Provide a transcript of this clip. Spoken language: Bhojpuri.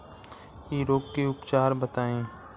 इ रोग के उपचार बताई?